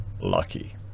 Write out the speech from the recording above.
lucky